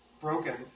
broken